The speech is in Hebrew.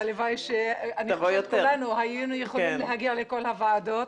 והלוואי שכולנו היינו יכולים להגיע לכל הוועדות.